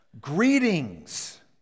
Greetings